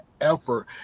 effort